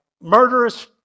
murderous